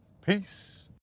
Peace